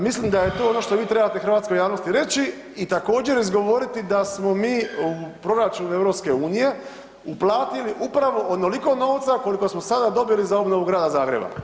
Mislim da je to ono što vi trebate hrvatskoj javnosti reći i također izgovoriti da smo mi u proračunu EU-a uplatili upravo onoliko novca koliko smo sada dobili za obnovu grada Zagreba.